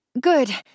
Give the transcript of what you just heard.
Good